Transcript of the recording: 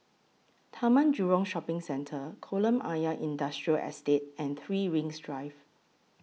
Taman Jurong Shopping Centre Kolam Ayer Industrial Estate and three Rings Drive